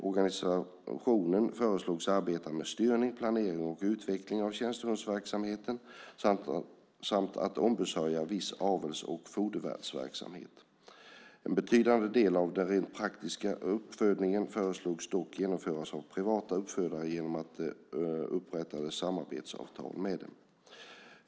Organisationen föreslogs arbeta med styrning, planering och utveckling av tjänstehundsverksamheten samt att ombesörja viss avels och fodervärdsverksamhet. En betydande del av den rent praktiska uppfödningen föreslogs dock genomföras av privata uppfödare genom att det upprättas samarbetsavtal med dem.